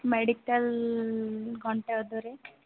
medical ଘଣ୍ଟେ ଅଧରେ